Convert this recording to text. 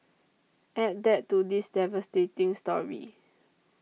add that to this devastating story